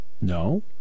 no